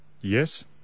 Yes